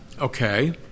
Okay